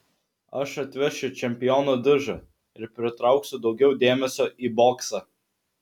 aš atvešiu čempiono diržą ir pritrauksiu daugiau dėmesio į boksą